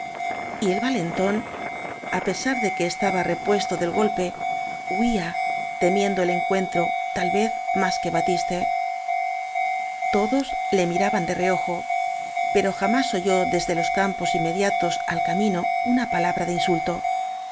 el valentón á pesar de que estaba repuesto del golpe huía temiendo el encuentro tal vez más que batiste todos le mira ban de reojo pero jamás oyó desde los campos inmediatos al ca mino ur a palabra de